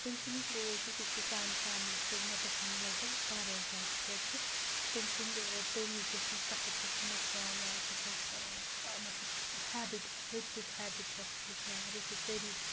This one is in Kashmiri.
تٔمۍ سُنٛد یُس رول چھُ سُہ چھُ سانہِ فَیملِی تہٕ مےٚ پؠٹھ لَگ بَگ واریاہ زیادٕ کیازکہِ تٔمۍ سٕنٛد طٔریٖق تٔمۍ سٕنٛز کَتھٕ چھِ اَسہِ ہمیشہِ پؠوان یاد سُہ چھِ اَسہِ مطلب ہَیبِٹ رٕتۍ رٕتۍ ہَیبِٹ چھُ اَسہِ سُہ ہیٚچھناوان رٕتۍ رٕتۍ طٔریٖقہٕ